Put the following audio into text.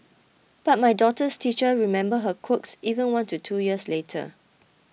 but my daughter's teachers remember her quirks even one to two years later